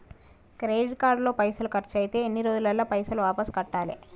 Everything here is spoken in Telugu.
క్రెడిట్ కార్డు లో పైసల్ ఖర్చయితే ఎన్ని రోజులల్ల పైసల్ వాపస్ కట్టాలే?